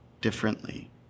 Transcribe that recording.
differently